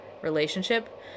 relationship